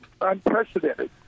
unprecedented